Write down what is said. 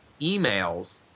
emails